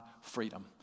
freedom